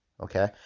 Okay